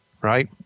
right